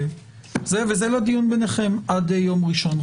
וזה לדיון ביניכם עד יום ראשון.